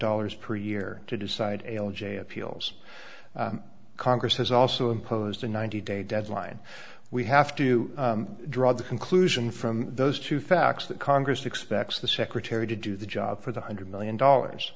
dollars per year to decide ala j appeals congress has also imposed a ninety day deadline we have to draw the conclusion from those two facts that congress expects the secretary to do the job for the hundred million dollars